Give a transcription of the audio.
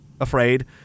afraid